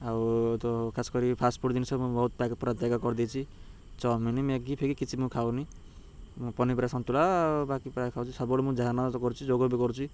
ଆଉ ତ ଖାସ କରି ଫାଷ୍ଟ୍ ଫୁଡ଼୍ ଜିନିଷ ମୁଁ ବହୁତ ପୁରା ପୁରା ତ୍ୟାଗ କରି ଦେଇଛି ଚାଓମିନ୍ ମ୍ୟାଗି ଫ୍ୟାଗି କିଛି ମୁଁ ଖାଉନି ମୁଁ ପନିପରିବା ସନ୍ତୁଳା ବାକି ପ୍ରାୟ ଖାଉଛି ସବୁବେଳେ ମୁଁ ଧ୍ୟାନ କରୁଛି ଯୋଗ ବି କରୁଛି